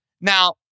Now